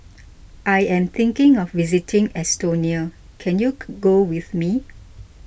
I am thinking of visiting Estonia can you go with me